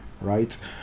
right